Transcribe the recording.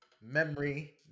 memory